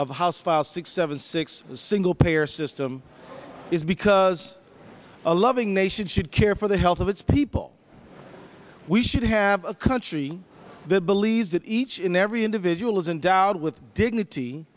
the house five six seven six single payer system is because a loving nation should care for the health of its people we should have a country that believes that each in every individual is in doubt with dignity